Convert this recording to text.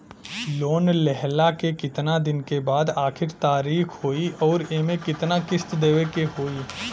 Loan लेहला के कितना दिन के बाद आखिर तारीख होई अउर एमे कितना किस्त देवे के होई?